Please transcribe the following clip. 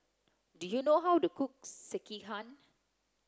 do you know how to cook Sekihan